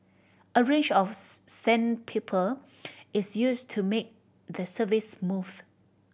a range of sandpaper is used to make the surface smooth